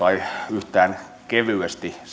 yhtään kevyesti